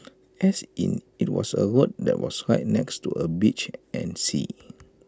as in IT was A road that was right next to A beach and sea